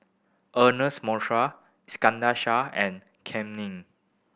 Ernest Iskandar Shah and Kam Ning